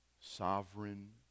Sovereign